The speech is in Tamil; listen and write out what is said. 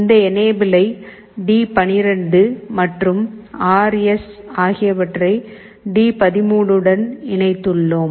இந்த எனேபிளை டி12 மற்றும் ஆர்எஸ் ஆகியவற்றை டி13 உடன் இணைத்துள்ளோம்